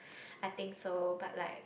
I think so but like